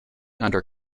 under